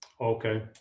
Okay